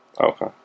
Okay